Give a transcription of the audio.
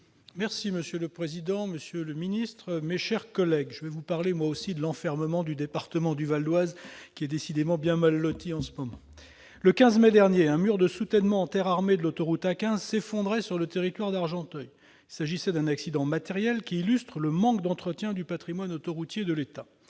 Monsieur le secrétaire d'État, mes chers collègues, je vais vous parler, moi aussi, de l'enfermement que subit le département du Val-d'Oise, lequel est décidément bien mal loti en ce moment. Le 15 mai dernier, un mur de soutènement en terre armée de l'autoroute A15 s'effondrait sur le territoire d'Argenteuil. Il s'agissait d'un accident matériel, qui illustre le manque d'entretien du patrimoine autoroutier de l'État.